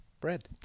bread